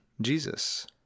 Jesus